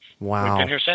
Wow